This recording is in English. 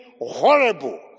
horrible